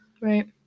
Right